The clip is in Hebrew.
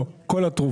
לא, כל התרופות.